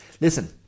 listen